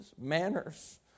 manners